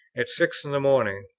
at six in the morning,